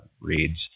reads